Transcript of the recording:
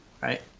right